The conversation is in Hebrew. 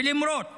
ולמרות